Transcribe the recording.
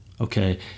okay